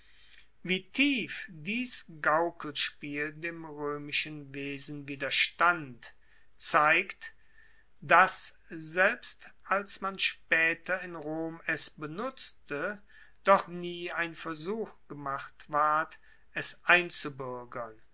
wie tief dies gaukelspiel dem roemischen wesen widerstand zeigt dass selbst als man spaeter in rom es benutzte doch nie ein versuch gemacht ward es